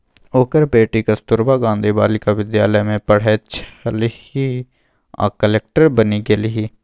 ओकर बेटी कस्तूरबा गांधी बालिका विद्यालय मे पढ़ैत छलीह आ कलेक्टर बनि गेलीह